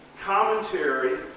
commentary